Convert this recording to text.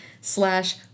slash